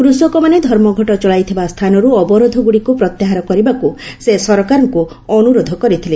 କୃଷକମାନେ ଧର୍ମଘଟ ଚଳାଇଥିବା ସ୍ଥାନରୁ ଅବରୋଧ ଗୁଡ଼ିକୁ ପ୍ରତ୍ୟାହାର କରିବାକୁ ସେ ସରକାରଙ୍କୁ ଅନୁରୋଧ କରିଥିଲେ